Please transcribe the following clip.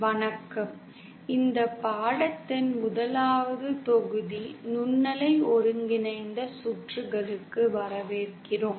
வணக்கம் இந்த பாடத்தின் முதலாவது தொகுதி நுண்ணலை ஒருங்கிணைந்த சுற்றுகளுக்கு வரவேற்கிறோம்